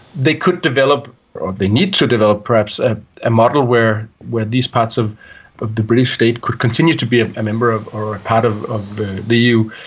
they could develop or the need to develop perhaps ah a model where where these parts of of the british state could continue to be a member or a part of of the the eu.